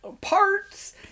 parts